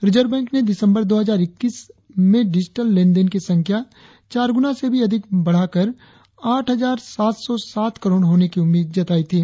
reserve Bank ने दिसंबर दो हजार इक्कीस में डिजिटल लेनदेन की संख्या चार गुना से भी अधिक बढ़कर आठ हजार सात सौ सात करोड़ होने की उम्मीद जताई थी